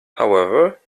however